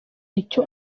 icyo